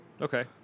Okay